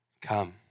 come